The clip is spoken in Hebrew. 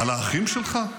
על האחים שלך?